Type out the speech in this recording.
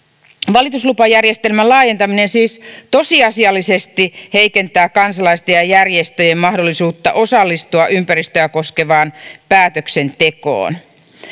valituslupajärjestelmän laajentaminen siis tosiasiallisesti heikentää kansalaisten ja järjestöjen mahdollisuutta osallistua ympäristöä koskevaan päätöksentekoon